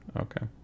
okay